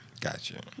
Gotcha